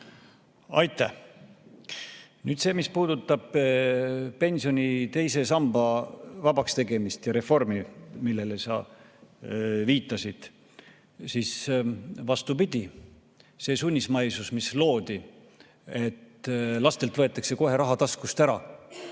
Aitäh! Nüüd see, mis puudutab pensioni teise samba vabaks tegemist ja reformi, millele sa viitasid. Vastupidi, see sunnismaisus, mis loodi, et lastelt võetakse kohe raha taskust ära,